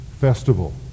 festival